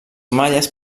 malles